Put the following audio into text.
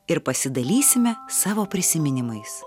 ir pasidalysime savo prisiminimais